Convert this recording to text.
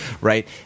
right